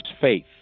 faith